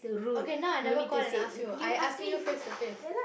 okay now I never call ask and ask you I asking you face to face